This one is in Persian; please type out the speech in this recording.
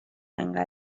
اینقدر